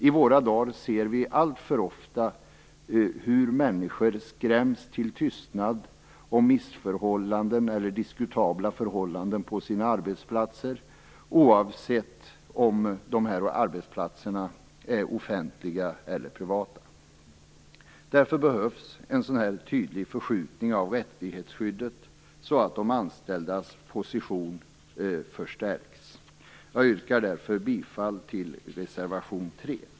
I våra dagar ser vi alltför ofta hur människor skräms till tystnad om missförhållanden eller diskutabla förhållanden på sina arbetsplatser, oavsett om arbetsplatserna är offentliga eller privata. Därför behövs en tydlig förskjutning av rättighetsskyddet, så att de anställdas position förstärks. Jag yrkar bifall till reservation 3.